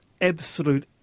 absolute